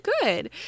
good